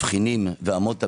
התבחינים ואמות המידה.